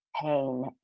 pain